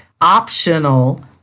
optional